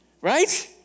Right